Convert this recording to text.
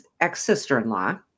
ex-sister-in-law